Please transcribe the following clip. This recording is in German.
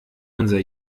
unser